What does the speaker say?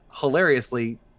Hilariously